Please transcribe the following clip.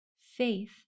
faith